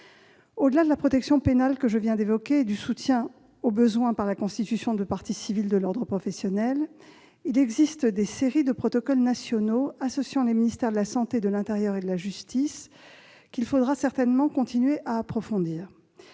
Au-delà de la protection pénale que je viens d'évoquer et du soutien, au besoin par la constitution de partie civile de l'ordre professionnel, il existe des séries de protocoles nationaux associant les ministères de la santé, de l'intérieur et de la justice, qu'il faudra certainement continuer à approfondir.